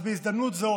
אז בהזדמנות זו